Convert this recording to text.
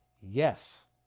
Yes